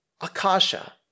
akasha